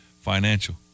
Financial